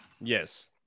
Yes